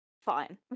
fine